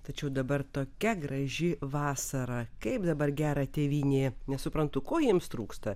tačiau dabar tokia graži vasara kaip dabar gera tėvynėje nesuprantu ko jiems trūksta